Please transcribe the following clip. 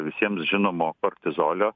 visiems žinomo kortizolio